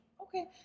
okay